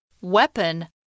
Weapon